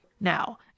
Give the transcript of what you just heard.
Now